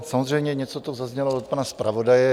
Samozřejmě něco tu zaznělo od pana zpravodaje.